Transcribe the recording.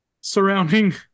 surrounding